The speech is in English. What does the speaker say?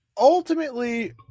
ultimately